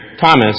Thomas